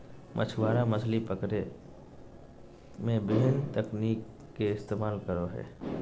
मछुआरा मछली पकड़े में विभिन्न तकनीक के इस्तेमाल करो हइ